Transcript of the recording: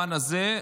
במובן הזה,